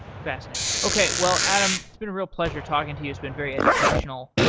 fascinating. okay. well adam, it's been a real pleasure talking to you. it's been very educational.